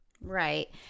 Right